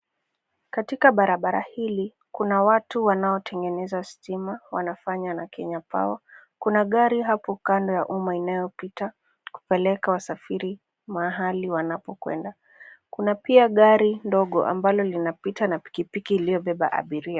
Katika barabara hili, kuna watu wanaotengeneza stima, wanafanya na Kenya Power. Kuna gari hapo kando ya umma inayopita, kupeleka wasafiri mahali wanapokwenda. Kuna pia gari ndogo ambalo lnapita na pikipiki iliyobeba abiria.